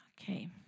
Okay